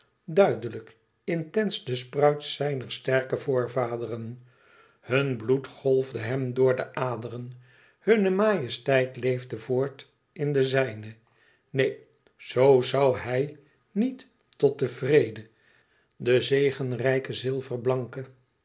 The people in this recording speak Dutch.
duidelijk intens de spruit zijner sterke voorvaderen hun bloed golfde hem door zijn aderen hunne majesteit leefde voort in de zijne neen zoo zoû hij niet tot de n vrede de